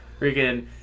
Freaking